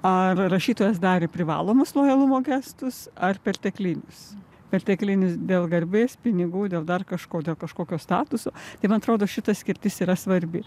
ar rašytojas darė privalomus lojalumo gestus ar perteklinius perteklinis dėl garbės pinigų dėl dar kažko kažkokio statuso tai man atrodo šita skirtis yra svarbi